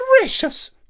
gracious